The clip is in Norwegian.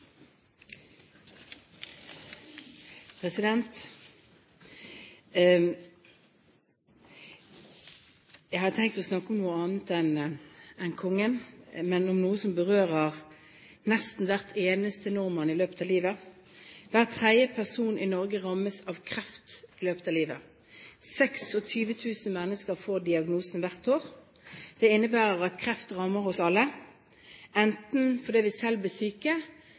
har tenkt å snakke om noe annet enn kongen, om noe som berører nesten hver eneste nordmann i løpet av livet. Hver tredje person i Norge rammes av kreft i løpet av livet. 26 000 mennesker får diagnosen hvert år. Det innebærer at kreft rammer oss alle, enten fordi vi selv blir syke,